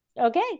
Okay